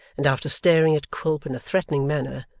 and after staring at quilp in a threatening manner,